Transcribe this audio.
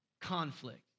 Conflict